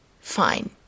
fine